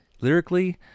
lyrically